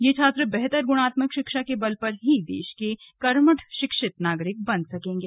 यह छात्र बेहतर गुणात्मक शिक्षा के बल पर ही देश के कर्मठ शिक्षित नागरिक बन सकेंगे